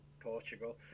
Portugal